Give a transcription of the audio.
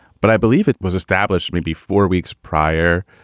but i believe it was established maybe four weeks prior.